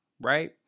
right